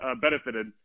benefited